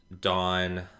Dawn